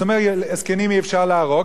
אז הוא אומר: את הזקנים אי-אפשר להרוג,